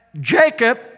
Jacob